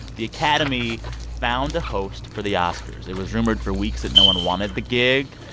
the academy found a host for the oscars. it was rumored for weeks that no one wanted the gig.